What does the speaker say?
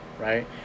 right